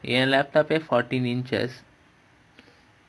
என்:en laptop eh fourteen inches